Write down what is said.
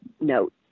note